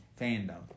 fandom